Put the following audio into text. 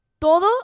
Todo